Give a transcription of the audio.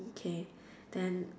okay then